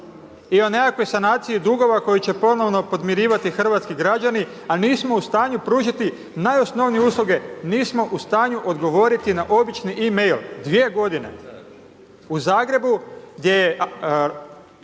i o nekakvoj sanaciji dugova koja će ponovno podmirivati hrvatski građani a nismo u stanu pružiti najosnovnije usluge, nismo u stanju odgovoriti na obični e-mail 2 g. U Zagrebu gdje